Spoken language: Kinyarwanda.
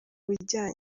bijyanye